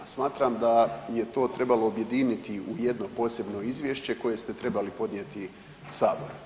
Smatram da je to trebalo objediniti u jedno posebno izvješće koje ste trebali podnijeti Saboru.